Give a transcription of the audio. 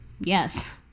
Yes